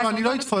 לא, אני לא אתפוס.